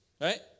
right